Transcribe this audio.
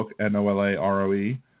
N-O-L-A-R-O-E